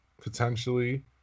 potentially